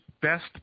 best